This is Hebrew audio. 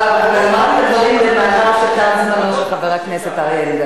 הדובר הבא הוא באמת חבר הכנסת מיכאל בן-ארי.